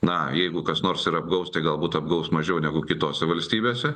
na jeigu kas nors ir apgaus tai galbūt apgaus mažiau negu kitose valstybėse